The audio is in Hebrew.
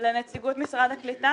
שאלה לנציגות משרד הקליטה,